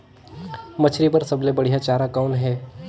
मछरी बर सबले बढ़िया चारा कौन हे?